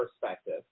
perspective